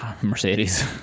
Mercedes